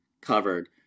covered